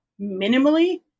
minimally